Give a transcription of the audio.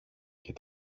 και